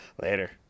Later